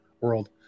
world